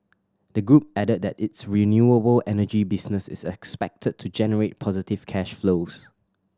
the group added that its renewable energy business is expected to generate positive cash flows